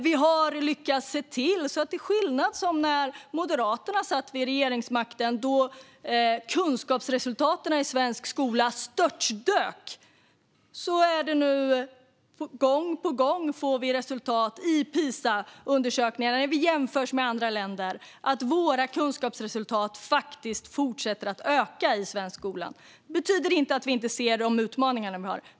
Och till skillnad från när Moderaterna satt vid regeringsmakten, då kunskapsresultaten i svensk skola störtdök, ser vi nu gång på gång i PISA-undersökningarna, där vi jämförs med andra länder, att kunskapsresultaten fortsätter att öka i svensk skola. Det betyder inte att vi inte ser de utmaningar vi har.